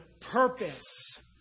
purpose